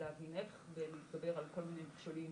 בלהבין איך, בלדבר על כל מיני מכשולים